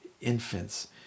infants